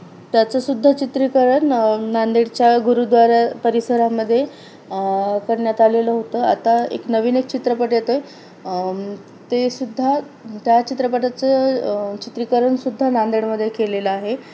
त्याचंसुद्धा चित्रीकरण नांदेडच्या गुरुद्वारा परिसरामध्ये करण्यात आलेलं होतं आता एक नवीन एक चित्रपट येतो आहे तेस सुद्धा त्या चित्रपटाचं चित्रीकरणसुद्धा नांदेडमध्ये केलेलं आहे